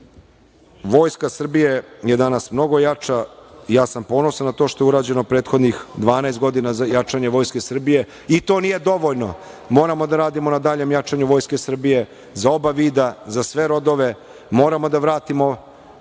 Srbije je danas mnogo jača, ja sam ponosan na to što je urađeno prethodnih 12 godina za jačanje Vojske Srbije. To nije dovoljno. Moramo da radimo na daljem jačanju Vojske Srbije, za oba vida, za sve rodove. Moramo da vratimo